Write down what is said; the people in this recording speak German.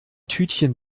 tütchen